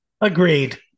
Agreed